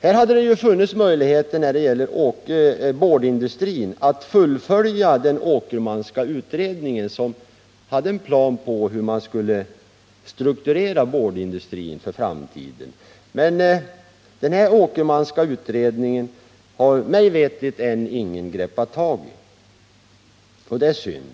När det gäller boardindustrin hade det funnits möjligheter att fullfölja den Åkermanska utredningen, som hade en plan för hur man skulle strukturera boardindustrin för framtiden. Men den utredningen har mig veterligt ännu ingen greppat tag i, och det är synd.